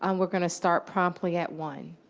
um we're going to start promptly at one